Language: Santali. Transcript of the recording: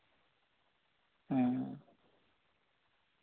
ᱦᱮᱸ